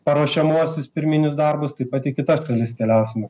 paruošiamuosius pirminius darbus taip pat į kitas šalis keliausim